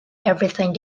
everything